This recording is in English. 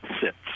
sits